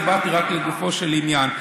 דיברתי רק לגופו של עניין.